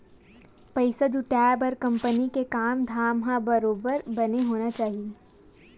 पइसा जुटाय बर कंपनी के काम धाम ह बरोबर बने होना चाही